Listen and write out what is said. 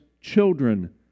children